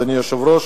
אדוני היושב-ראש,